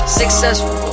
successful